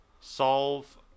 solve